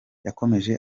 yakomeje